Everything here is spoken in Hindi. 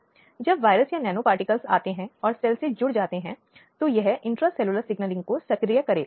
और अदालतों ने इसे पढ़ा है क्योंकि एक अपराध का उल्लंघन किया गया था